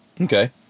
Okay